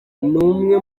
umwe